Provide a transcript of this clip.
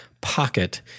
pocket